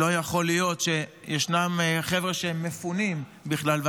לא יכול להיות שישנם חבר'ה שהם מפונים בכלל,